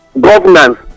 governance